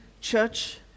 church